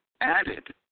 added